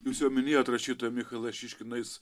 jūs jau minėjot rašytoją michalą šiškiną jis